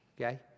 okay